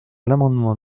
l’amendement